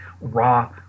raw